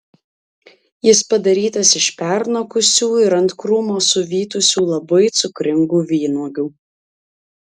jis padarytas iš pernokusių ir ant krūmo suvytusių labai cukringų vynuogių